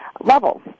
levels